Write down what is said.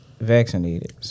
vaccinated